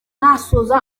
nasoza